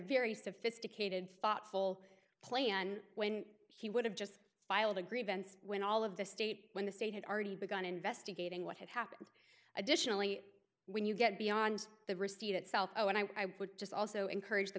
very sophisticated thoughtful play and when he would have just filed a grievance with all of the state when the state had already begun investigating what had happened additionally when you get beyond the receipt itself when i would just also encourage the